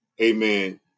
Amen